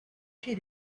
she